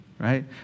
right